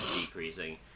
decreasing